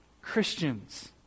Christians